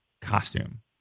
costume